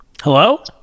hello